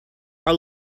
are